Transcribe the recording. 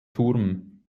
turm